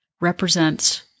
represents